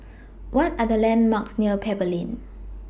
What Are The landmarks near Pebble Lane